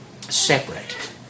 separate